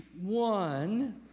one